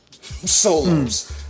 Solos